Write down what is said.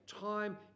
time